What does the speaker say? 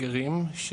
גרים,